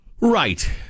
Right